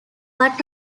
but